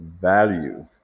value